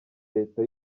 leta